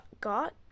got